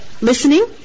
Listening